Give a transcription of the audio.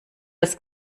das